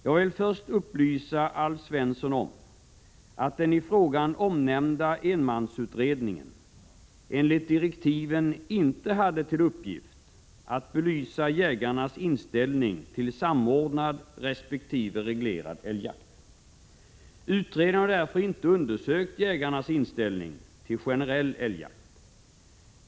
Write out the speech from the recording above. Jag vill först upplysa Alf Svensson om att den i frågan omnämnda enmansutredningen enligt direktiven inte hade till uppgift att belysa jägarnas inställning till samordnad resp. reglerad älgjakt. Utredningen har därför inte undersökt jägarnas inställning till generell älgjakt.